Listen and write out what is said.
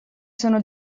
sono